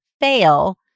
fail